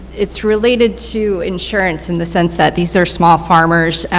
it's related to insurance in the sense that these are small farmers,